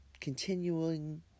continuing